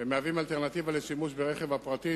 ומהווים אלטרנטיבה לשימוש ברכב הפרטי,